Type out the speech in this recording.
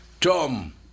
Tom